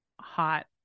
hot